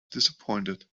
disappointed